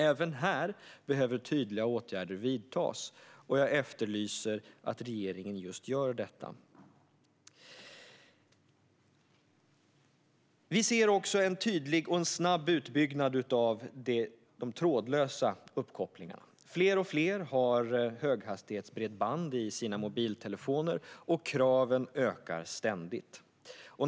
Även här behöver tydliga åtgärder vidtas. Jag efterlyser att regeringen gör detta. Vi ser också en tydlig och en snabb utbyggnad av den trådlösa uppkopplingen. Fler och fler har höghastighetsbredband i sina mobiltelefoner, och kraven ökar ständigt.